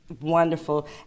wonderful